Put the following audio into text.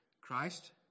Christ